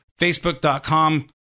facebook.com